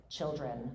children